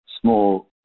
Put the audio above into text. small